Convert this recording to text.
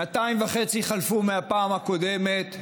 שנתיים וחצי חלפו מהפעם הקודמת,